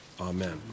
Amen